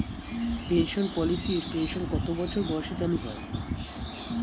Pension পলিসির pension কত বছর বয়সে চালু হয়?